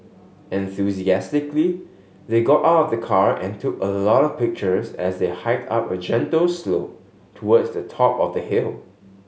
enthusiastically they got out of the car and took a lot of pictures as they hiked up a gentle slope towards the top of the hill